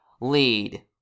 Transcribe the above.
lead